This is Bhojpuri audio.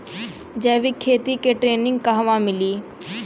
जैविक खेती के ट्रेनिग कहवा मिली?